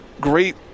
great